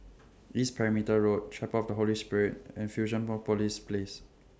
East Perimeter Road Chapel of The Holy Spirit and Fusionopolis Place